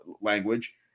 language